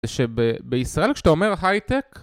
זה שבישראל כשאתה אומר הייטק